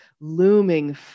looming